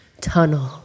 tunnel